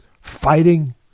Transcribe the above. fighting